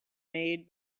made